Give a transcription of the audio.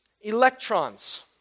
electrons